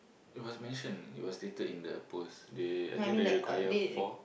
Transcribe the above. it was mentioned it was stated in the post they I think they require four